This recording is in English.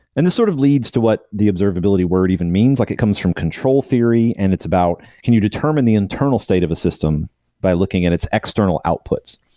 and this sort of leads to what the observability word even means. like it comes from control theory and it's about can you determine the internal state of a system by looking at its external outputs?